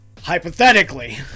Hypothetically